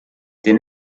den